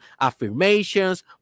affirmations